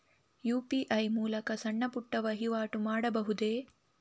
UPI ಮೂಲಕ ಸಣ್ಣ ಪುಟ್ಟ ವಹಿವಾಟು ಮಾಡಬಹುದೇ?